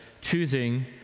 choosing